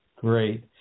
Great